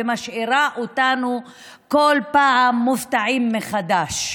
המשאירה אותנו כל פעם מופתעים מחדש.